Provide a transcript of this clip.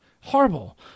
Horrible